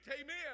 amen